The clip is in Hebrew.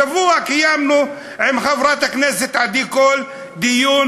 השבוע קיימנו, עם חברת הכנסת עדי קול, דיון